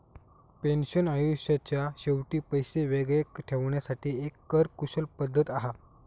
pension आयुष्याच्या शेवटी पैशे वेगळे ठेवण्यासाठी एक कर कुशल पद्धत हा